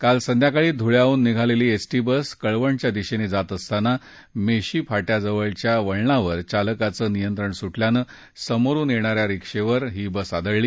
काल संध्याकाळी धुळ्याहून निघालेली एसटी बस कळवणच्या दिशेनं जात असताना मेशी फाट्यावरच्या वळणावर चालकाचं नियंत्रण सुटल्यानं समोरून येणाऱ्या रीक्षावर ही बस आदळली